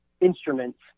instruments